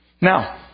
Now